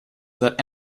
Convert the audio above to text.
that